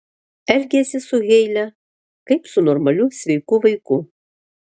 elgiasi su heile kaip su normaliu sveiku vaiku